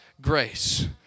grace